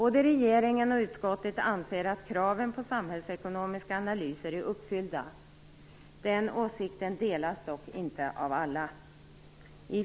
Både regeringen och utskottet anser att kraven på samhällsekonomiska analyser är uppfyllda. Den åsikten delas dock inte av alla.